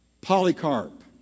Polycarp